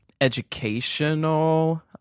educational